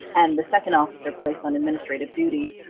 and the second officer placed on administrative duty,